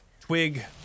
twig